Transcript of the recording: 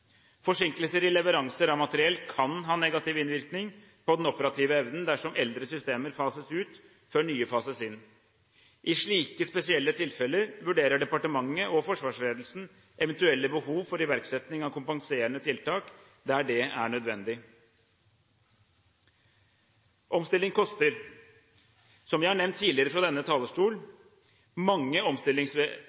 Forsinkelser i leveranser av materiell kan ha negativ innvirkning på den operative evnen dersom eldre systemer fases ut før nye fases inn. I slike spesielle tilfeller vurderer departementet og forsvarsledelsen eventuelt behov for iverksetting av kompenserende tiltak der det er nødvendig. Omstilling koster. Som jeg har nevnt tidligere fra denne talerstol: Mange